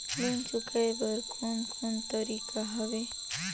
Loan चुकाए बर कोन कोन तरीका हवे?